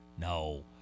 No